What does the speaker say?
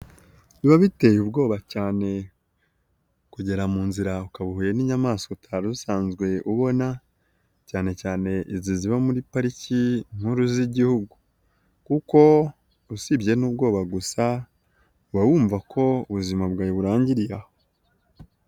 Biba biteye ubwoba cyane kugera mu nzira ukahuye n'inyamaswa utari usanzwe ubona cyanecyane izi ziba muri pariki nkuru z'igihugu, kuko usibye n'ubwoba gusa uba wumva ko ubuzima bwawe burangiriye aho.